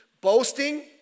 boasting